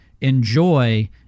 enjoy